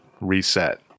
reset